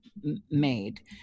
made